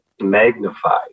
magnified